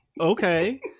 Okay